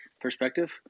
perspective